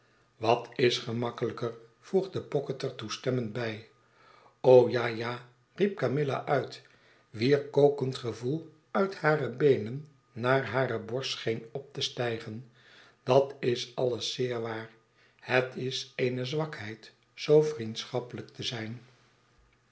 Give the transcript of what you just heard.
wat is gemakkelijker voegde pocket er toestemmend bij ja ja riep camilla uit wier kokend gevoel uit hare beenen naar hare borst scheen op te stijgen dat is alles zeer waar het is eene zwakheid zoo vriendschappelijk te zijn